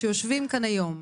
שיושבים כאן היום,